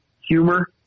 humor